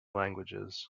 languages